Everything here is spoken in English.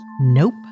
Nope